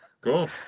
cool